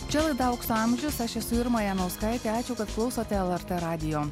čia laida aukso amžius aš esu irma janauskaitė ačiū kad klausote lrt radijo